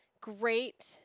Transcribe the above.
Great